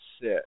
sit